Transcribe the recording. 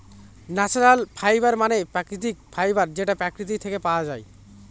natural fibre মানে প্রাকৃতিক fibre যেটা প্রকৃতি থেকে পাওয়া যায়